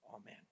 amen